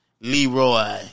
Leroy